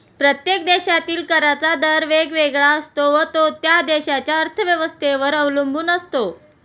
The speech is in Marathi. प्रत्येक देशातील कराचा दर वेगवेगळा असतो व तो त्या देशाच्या अर्थव्यवस्थेवर अवलंबून असतो